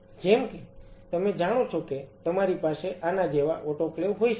જેમ કે તમે જાણો છો કે તમારી પાસે આના જેવા ઓટોક્લેવ હોઈ શકે છે